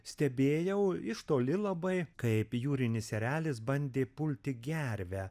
stebėjau iš toli labai kaip jūrinis erelis bandė pulti gervę